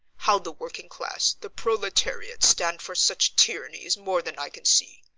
how the working-class, the proletariat, stand for such tyranny is more than i can see.